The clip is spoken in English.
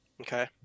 Okay